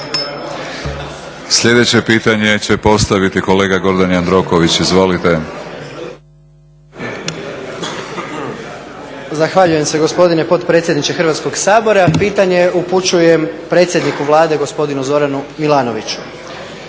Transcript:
Sljedeće pitanje će postaviti kolega Gordan Jandroković, izvolite. **Jandroković, Gordan (HDZ)** Zahvaljujem se gospodine potpredsjedniče Hrvatskog sabora. Pitanje upućujem predsjedniku Vlade gospodinu Zoranu Milanoviću.